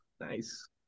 Nice